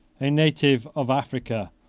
a native of africa,